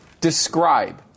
describe